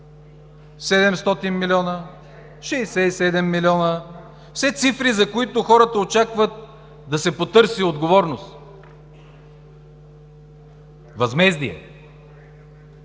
700 милиона, 67 милиона – все цифри, за които хората очакват да се потърси отговорност, възмездие.